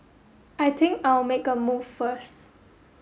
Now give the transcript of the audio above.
I think I'll make a move first